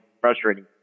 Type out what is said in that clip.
frustrating